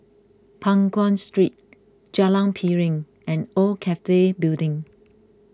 Peng Nguan Street Jalan Piring and Old Cathay Building